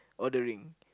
ordering